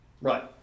Right